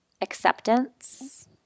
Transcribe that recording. Acceptance